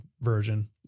version